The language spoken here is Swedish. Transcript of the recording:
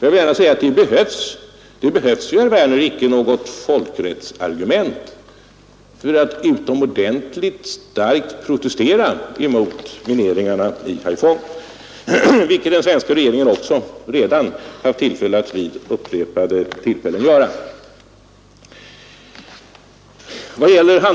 Men, herr Werner, det behövs ju inte något folkrättsligt argument för att utomordentligt starkt protestera emot mineringarna i Haiphong, vilket den svenska regeringen också redan upprepade gånger haft tillfälle att göra.